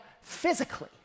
physically